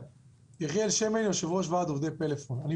יחיאל שמן, יושב-ראש ועד עובדי פלאפון.